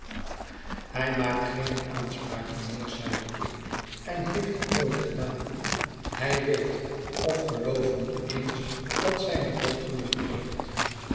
hij maakt geene aanspraak mijnheer zeide ik en heeft dat nooit gedaan hij weet of gelooft niet eens dat zijne dochter nog leeft